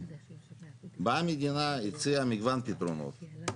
באה מדינה, הציעה מגוון פתרונות.